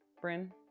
Bryn